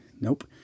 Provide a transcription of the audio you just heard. Nope